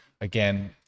again